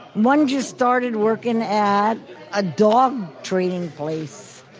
one just started working at a dog training place.